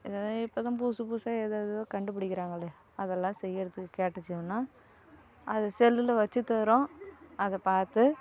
இப்போதான் புதுசு புதுசாக எதேதோ கண்டுப்பிடிக்கிறாங்களே அதெல்லாம் செய்கிறதுக்கு கேட்டுச்சுங்கன்னா அது செல்லில் வச்சுத்தரும் அதை பார்த்து